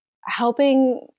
helping